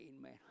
man